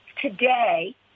Today